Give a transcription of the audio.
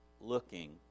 looking